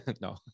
no